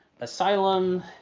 Asylum